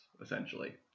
essentially